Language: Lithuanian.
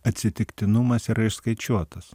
atsitiktinumas yra išskaičiuotas